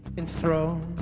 enthroned